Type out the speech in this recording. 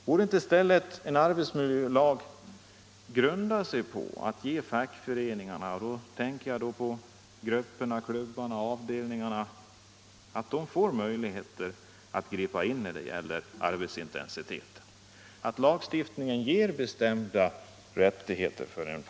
Borde inte i stället en arbetsmiljö grundas på att fackföreningen — grupperna, klubbarna och avdelningarna — skall få möjligheter att ingripa när det gäller arbetsintensiteten, dvs. att lagstiftningen ger fackföreningarna bestämda rättigheter därvidlag?